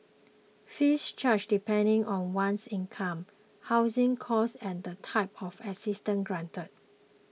fees charged depend on one's income housing cost and the type of assistance granted